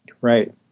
Right